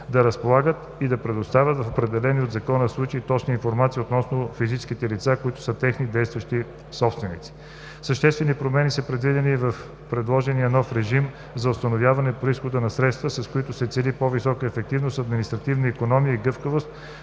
да разполагат и да предоставят в определени от Закона случаи точна информация относно физическите лица, които са техни действителни собственици. Съществени промени са предвидени и в предложения нов режим за установяване произхода на средствата, с които се цели по-висока ефективност, административна икономия и гъвкавост